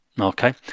okay